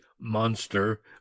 monster